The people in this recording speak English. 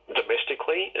domestically